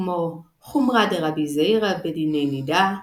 כמו חומרא דרבי זירא בדיני נידה,